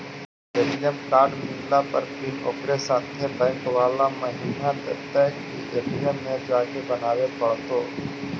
ATM card मिलला पर pin ओकरे साथे बैक बाला महिना देतै कि ए.टी.एम में जाके बना बे पड़तै?